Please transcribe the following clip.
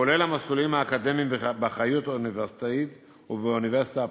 כולל המסלולים האקדמיים באחריות אוניברסיטאית ובאוניברסיטה הפתוחה.